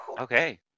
Okay